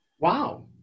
Wow